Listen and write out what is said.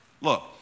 Look